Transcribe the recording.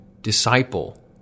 disciple